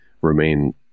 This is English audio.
remain